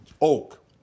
Oak